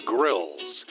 Grills